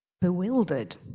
bewildered